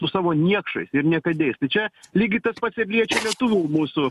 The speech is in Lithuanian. su savo niekšais ir niekadėjais tai čia lygiai tas pats ir liečia lietuvių mūsų